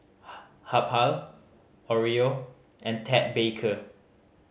Habhal Oreo and Ted Baker